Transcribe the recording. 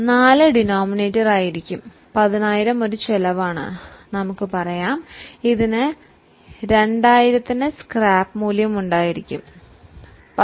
10000 വിലയും ആക്രി വില 2000 എന്നും കരുതുക